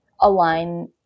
align